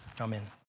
Amen